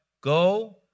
Go